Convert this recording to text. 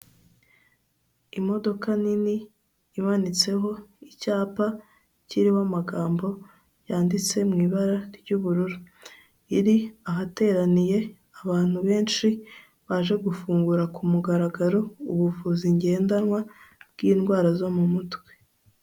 Imodoka nini imanitseho icyapa kiriho amagambo yanditse mu ibara ry'ubururu, iri ahateraniye abantu benshi baje gufungura ku mugaragaro ubuvuzi ngendanwa bw'indwara zo mu mutwe.